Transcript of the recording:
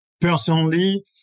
personally